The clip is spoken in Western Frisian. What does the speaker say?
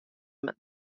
men